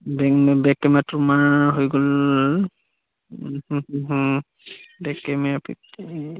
back কেমেৰাটো তোমাৰ হৈ গ'ল বেক কেমেৰা